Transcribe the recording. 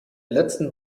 letzten